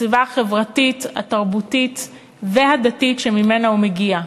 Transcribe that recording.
בסביבה החברתית, התרבותית והדתית שממנה הוא מגיע,